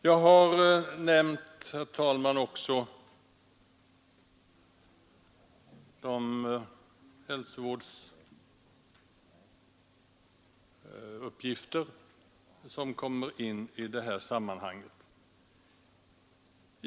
Jag har, herr talman, också nämnt de hälsovårdsuppgifter som kommer in i detta sammanhang.